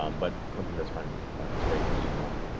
um but frumpkin does find his way to you, molly.